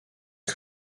que